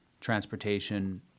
transportation